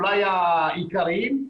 אולי העיקריים,